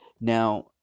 Now